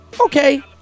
Okay